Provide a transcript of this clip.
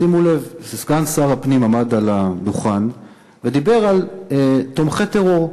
שימו לב: סגן שר הפנים עמד על הדוכן ודיבר על תומכי טרור.